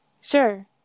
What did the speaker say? sure